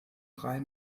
drei